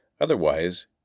Otherwise